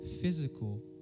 physical